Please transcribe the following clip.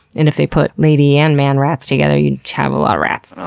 and if they put lady and man rats together, you'd have a lot of rats.